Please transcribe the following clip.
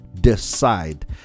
Decide